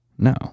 No